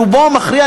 ברובו המכריע,